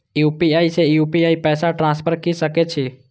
UPI से UPI पैसा transfer की सके छी?